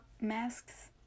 masks